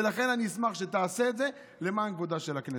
ולכן אני אשמח שתעשה את זה, למען כבודה של הכנסת.